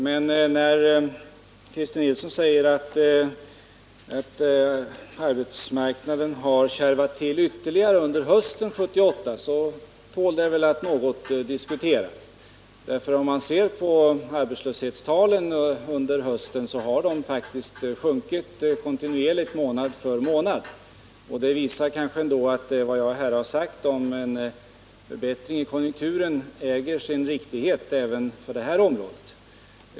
Men när Christer Nilsson säger att arbetsmarknaden har kärvat till ytterligare under hösten 1978 tål det att något diskuteras, därför att arbetslöshetstalen under hösten faktiskt har sjunkit kontinuerligt månad för månad. Det visar kanske ändå att vad jag här har sagt om en förbättring i konjunkturen äger sin riktighet även för det här området.